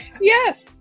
Yes